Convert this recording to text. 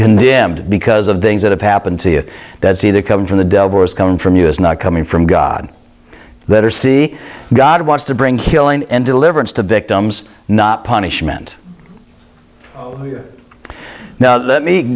condemned because of the things that have happened to you that's either coming from the words coming from you is not coming from god that or see god wants to bring killing and deliverance to victims not punishment now that me